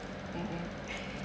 mmhmm